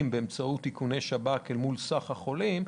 באמצעות איכוני שב"כ אל מול סך החולים,